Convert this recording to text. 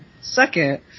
second